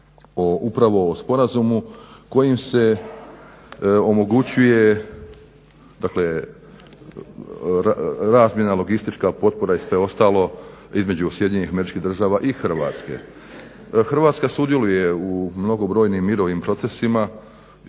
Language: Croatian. upravo o sporazumu kojim se omogućuje razmjena logistička, potpora i sve ostalo između SAD-a i Hrvatske. Hrvatska sudjeluje u mnogobrojnim mirovnim procesima većina